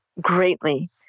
greatly